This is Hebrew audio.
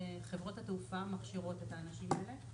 זה חברות התעופה מכשירות את האנשים האלה.